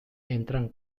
entran